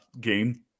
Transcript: game